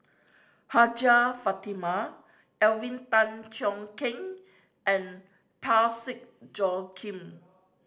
Hajjah Fatimah Alvin Tan Cheong Kheng and Parsick Joaquim